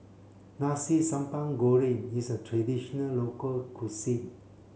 Nasi Sambal Goreng is a traditional local cuisine